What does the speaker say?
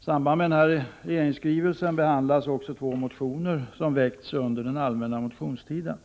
I samband med den här regeringsskrivelsen behandlas två motioner som väckts under den allmänna motionstiden.